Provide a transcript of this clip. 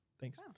Thanks